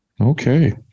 Okay